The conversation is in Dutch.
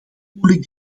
moeilijk